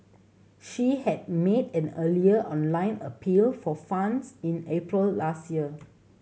she had made an earlier online appeal for funds in April last year